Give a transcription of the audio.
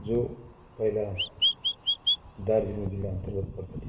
जो पहिला दार्जिलिङ जिल्लाअन्तर्गत पर्दथ्यो